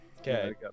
Okay